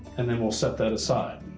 and then we'll set that aside.